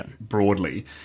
broadly